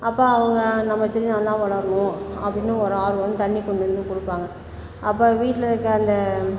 அப்போ அவங்க நம்ம செடி நல்லா வளரணும் அப்படின்னு ஒரு ஆர்வம் வந்து தண்ணி கொண்டு வந்து கொடுப்பாங்க அப்போ வீட்டில் இருக்க அந்த